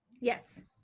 Yes